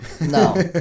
no